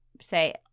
say